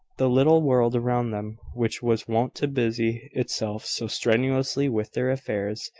the little world around them, which was wont to busy itself so strenuously with their affairs,